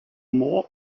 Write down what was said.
more